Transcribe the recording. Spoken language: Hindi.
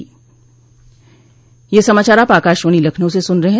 ब्रे क यह समाचार आप आकाशवाणी लखनऊ से सुन रहे हैं